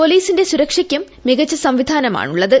പൊലീസിന്റെ സുരക്ഷയ്ക്കും മീകുച്ച സംവിധാനമാണുള്ളത്